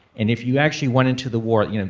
and if you actually went into the war, you know